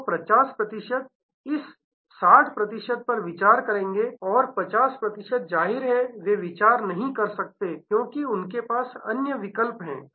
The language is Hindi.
तो 50 प्रतिशत इस 60 प्रतिशत पर विचार करेंगे और 50 प्रतिशत जाहिर है वे विचार नहीं कर सकते क्योंकि उनके पास अन्य विकल्प हैं